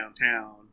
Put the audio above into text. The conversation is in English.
downtown